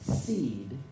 seed